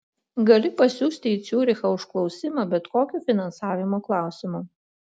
gali pasiųsti į ciurichą užklausimą bet kokiu finansavimo klausimu